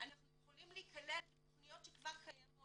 אנחנו יכולים להיכלל בתכניות שכבר קיימות,